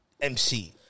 MC